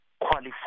qualify